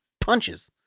punches